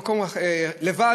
לבד,